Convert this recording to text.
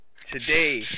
Today